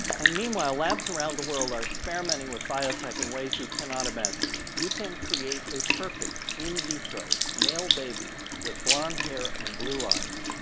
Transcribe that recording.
and meanwhile, labs around the world are experimenting with biotech in ways you cannot imagine. you can create a perfect in vitro male baby with blond hair and blue eyes,